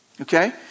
Okay